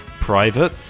private